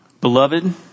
Beloved